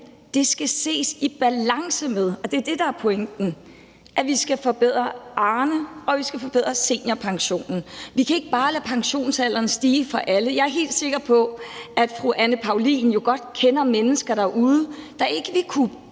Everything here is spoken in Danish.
det skal være i balance med, og det er det, der er pointen, at vi skal forbedre Arnepensionen og vi skal forbedre seniorpensionen. Vi kan ikke bare lade pensionsalderen stige for alle. Jeg er helt sikker på, at fru Anne Paulin jo godt kender mennesker derude, der ikke vil kunne